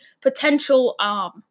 potential –